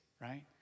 right